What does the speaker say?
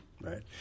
Right